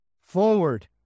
forward